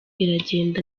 iragenda